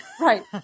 Right